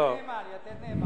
"יתד נאמן", "יתד נאמן".